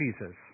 Jesus